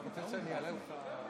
אתה רוצה שאני אעלה לך?